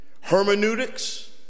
hermeneutics